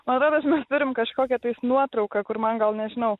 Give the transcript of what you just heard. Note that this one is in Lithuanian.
man atrodo mes turim kažkokią tais nuotrauką kur man gal nežinau